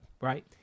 Right